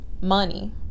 money